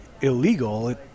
illegal